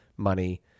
money